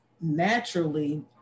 naturally